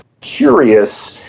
curious